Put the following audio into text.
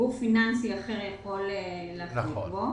גוף פיננסי אחר יכול להחזיק בו.